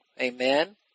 Amen